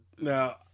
Now